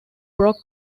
broke